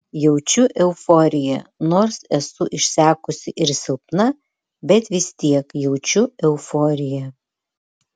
jaučiu euforiją nors esu išsekusi ir silpna bet vis tiek jaučiu euforiją